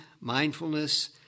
mindfulness